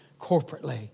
corporately